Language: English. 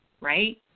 right